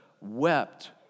wept